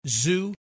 zoo